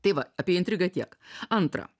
tai va apie intrigą tiek antra